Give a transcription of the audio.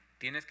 Tienes